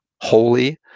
holy